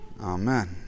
Amen